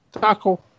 Taco